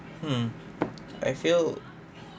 mm I feel